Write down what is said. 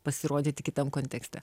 pasirodyti kitam kontekste